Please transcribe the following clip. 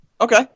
Okay